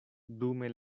dume